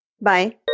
Bye